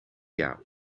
jou